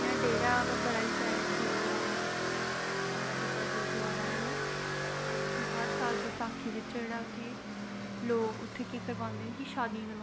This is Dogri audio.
ओह् हमेशा साईड च जंदा एह् हमेशी उद्धर दी मान्यता ऐ लोग मनदे न इस चीज गी ते में अप्पूं इस चीज गी दिक्खेआ ऐ ते जिसले ना मन्दर दे चौक बिच्च इक